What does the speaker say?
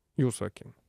jūsų akim